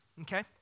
okay